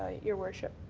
your worship.